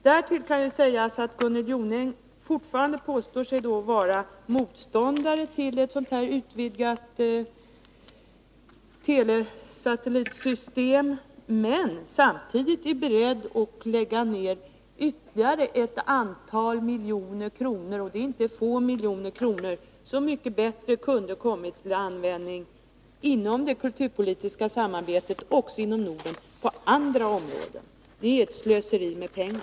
Därtill kan sägas att Gunnel Jonäng fortfarande påstår sig vara motståndare till ett utvidgat TV-satellitsystem, men hon är samtidigt beredd att satsa ytterligare ett antal miljoner kronor — och det är inte få miljoner det är fråga om — som skulle kunna komma till mycket bättre användning på andra områden inom det kulturpolitiska samarbetet inom Norden. Det är slöseri med pengar.